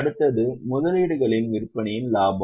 அடுத்தது முதலீடுகளின் விற்பனையின் லாபம்